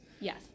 Yes